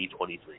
2023